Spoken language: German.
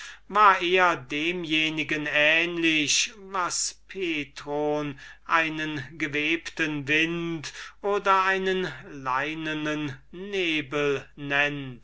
war eher demjenigen ähnlich was petron einen gewebten wind oder einen leinenen